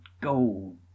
gold